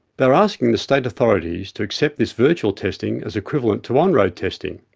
they are asking the state authorities to accept this virtual testing as equivalent to on-road testing.